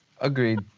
Agreed